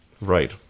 right